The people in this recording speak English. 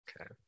Okay